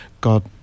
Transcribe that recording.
God